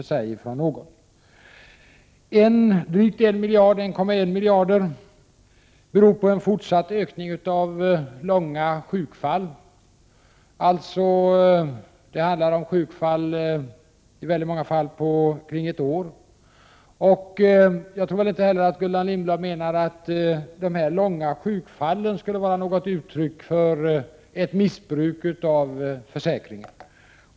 Drygt en miljard av kostnadsökningen, 1,1 miljarder kronor, beror på en fortsatt ökning av de långvariga sjukfallen. Det handlar många gånger om sjukfall på omkring ett år. Jag tror inte heller att Gullan Lindblad menar att de långvariga sjukfallen skulle vara något uttryck för ett missbruk av försäkringen.